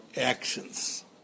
actions